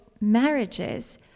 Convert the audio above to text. marriages